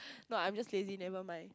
no I'm just lazy never mind